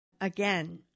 Again